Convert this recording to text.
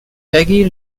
peggy